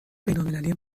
بینالمللی